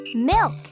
Milk